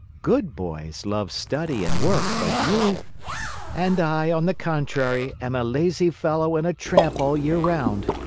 good boys love study and work, but you and i, on the contrary, am a lazy fellow and a tramp all year round.